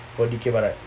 for dikir barat